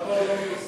אז למה הוא לא מיושם?